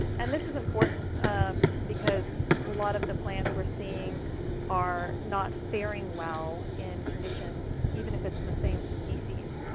and this is important because a lot of the plants we're seeing are not faring well in conditions, even if it's the same species,